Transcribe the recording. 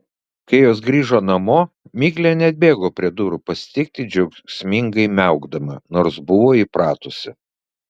kai jos grįžo namo miglė neatbėgo prie durų pasitikti džiaugsmingai miaukdama nors buvo įpratusi